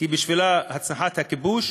כי בשבילה הצלחת הכיבוש,